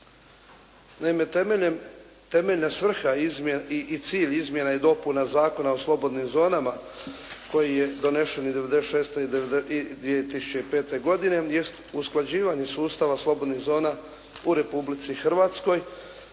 Naime, temeljna svrha i cilj izmjena i dopuna Zakona o slobodnim zonama, koji je donesen i '96. i 2005. godine, jest usklađivanje sustava slobodnih zona u Republici Hrvatskoj